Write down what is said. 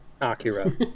Akira